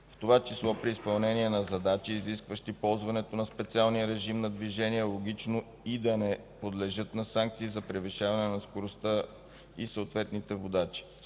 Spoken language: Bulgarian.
В това число при изпълнение на задачи, изискващи ползването на специалния режим на движение, е логично да не подлежат на санкции за превишаване на скоростта и съответните водачи.